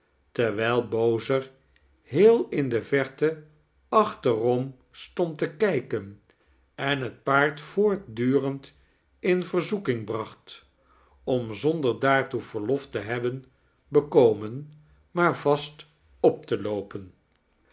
terwijl bozer heel in de verte achterom stond te kijken en het paard voortdurend in verzoeking bracht om zonder daartoe verlof te hebben bekomen maar vast op te loopen